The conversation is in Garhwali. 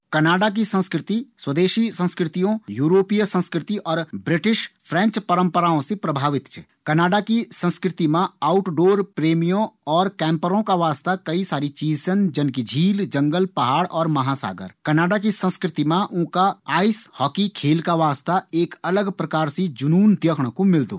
कनाडा की संस्कृति स्वदेशी संस्कृतियों, यूरोपिय संस्कृति और ब्रिटिश, फ्रेंच परंपराओं से प्रभावित च। कनाडा की संस्कृति मा आउटडोर प्रेमियों और कैंपरों का वास्ता कई सारी चीज छन जन कि झील, जंगल, पहाड़ और महासागर। कनाडा की संस्कृति मा ऊंका आइस हॉकी खेल का वास्ता एक अलग प्रकार से जुनून देखणा कू मिल्दू।